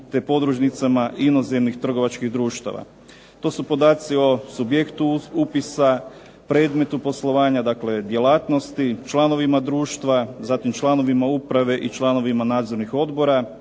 te podružnicama inozemnih trgovačkih društava. To su podaci o subjektu upisa, predmetu poslovanja, dakle djelatnosti, članovima društva, zatim članovima uprave, i članovima nadzornih odbora,